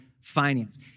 Finance